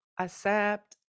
accept